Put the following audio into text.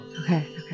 okay